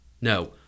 No